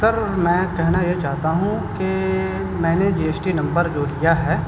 سر میں کہنا یہ چاہتا ہوں کہ میں نے جی ایس ٹی نمبر جو لیا ہے